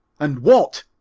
and what,